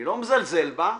זאת עבירה, אני לא מזלזל בה.